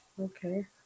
Okay